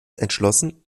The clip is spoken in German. entschlossen